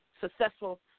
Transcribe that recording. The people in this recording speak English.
successful